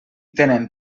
tenen